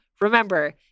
remember